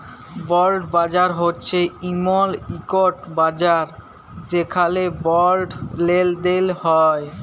বল্ড বাজার হছে এমল ইকট বাজার যেখালে বল্ড লেলদেল হ্যয়